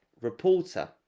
Reporter